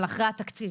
אבל אחרי התקציב.